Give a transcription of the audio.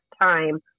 time